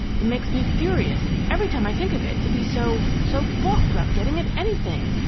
it makes me furious, every time i think of it, to be so so balked about getting at anything!